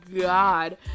god